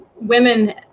women